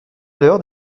l’heure